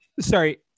sorry